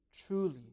truly